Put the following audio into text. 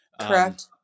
Correct